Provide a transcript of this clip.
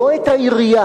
לא את העירייה,